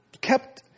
kept